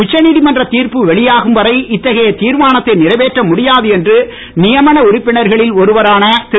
உச்சந்திமன்ற திர்ப்பு வெளியாகும் வரை இத்தகைய திர்மானத்தை நிறைவேற்ற முடியாது என்று நியமன உறுப்பினர்களில் ஒருவரான திரு